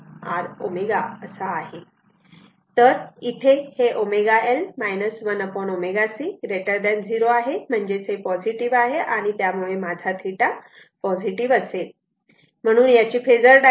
तर इथे ω L 1 ω c 0 आहे म्हणजेच हे पॉझिटिव्ह आहे त्यामुळे माझा θ पॉझिटिव्ह असेल कारण θ हा अँगल पॉझिटिव आहे